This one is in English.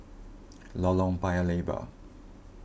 Lorong Paya Lebar